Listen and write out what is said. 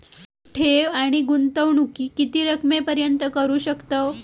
ठेव आणि गुंतवणूकी किती रकमेपर्यंत करू शकतव?